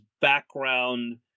background